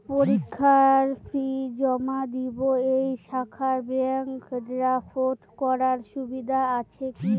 পরীক্ষার ফি জমা দিব এই শাখায় ব্যাংক ড্রাফট করার সুবিধা আছে কি?